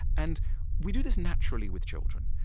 and we do this naturally with children,